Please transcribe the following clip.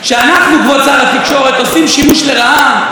עושים שימוש לרעה בכלים שלנו,